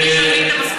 הינה,